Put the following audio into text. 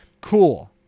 Cool